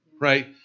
right